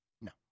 No